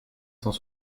cent